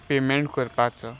payment करपाचो